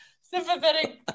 sympathetic